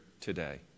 today